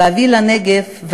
להביא לנגב,